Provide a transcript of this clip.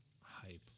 hype